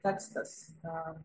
tekstas na